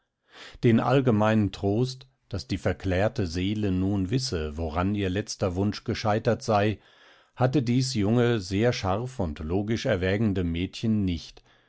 den allgemeinen trost daß die verklärte seele nun wisse woran ihr letzter wunsch gescheitert sei hatte dies junge sehr scharf und logisch erwägende mädchen nicht